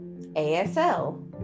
ASL